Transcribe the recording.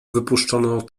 wypuszczono